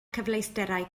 cyfleusterau